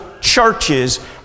churches